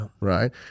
Right